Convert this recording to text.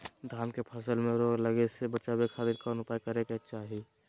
धान के फसल में रोग लगे से बचावे खातिर कौन उपाय करे के चाही?